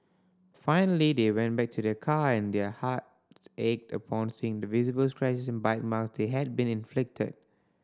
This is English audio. finally they went back to their car and their heart ached upon seeing the visible scratches and bite mark that had been inflicted